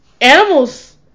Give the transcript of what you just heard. animals